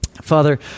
Father